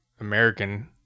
American